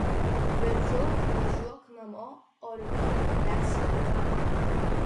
verčiau važiuok namo o rytoj tęsi darbą